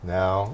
now